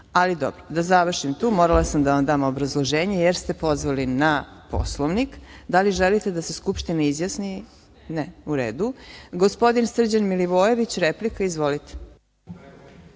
ali dobro, da završim tu. Morala sam da vam dam obrazloženje jer ste se pozvali na Poslovnik. Da li želite da se Skupština izjasni? (Ne.)Gospodin Srđan Milivojević, replika. Izvolite.